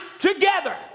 together